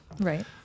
Right